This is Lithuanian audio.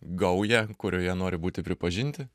gaują kurioje nori būti pripažinti